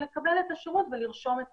לקבל את השירות ולרשום את